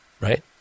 right